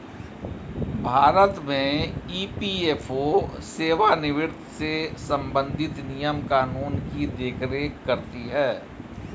भारत में ई.पी.एफ.ओ सेवानिवृत्त से संबंधित नियम कानून की देख रेख करती हैं